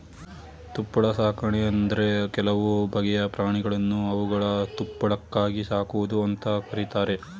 ತುಪ್ಪಳ ಸಾಕಣೆ ಅಂದ್ರೆ ಕೆಲವು ಬಗೆಯ ಪ್ರಾಣಿಗಳನ್ನು ಅವುಗಳ ತುಪ್ಪಳಕ್ಕಾಗಿ ಸಾಕುವುದು ಅಂತ ಕರೀತಾರೆ